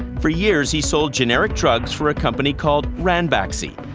for years, he sold generic drugs for a company called ranbaxy.